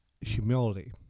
humility